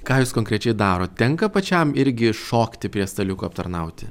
ką jūs konkrečiai darot tenka pačiam irgi šokti prie staliukų aptarnauti